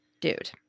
Dude